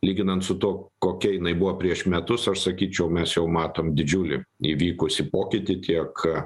lyginant su tuo kokia jinai buvo prieš metus aš sakyčiau mes jau matom didžiulį įvykusį pokytį tiek